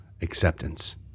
acceptance